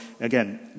again